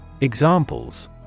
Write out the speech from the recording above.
Examples